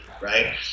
right